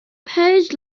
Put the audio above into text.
pays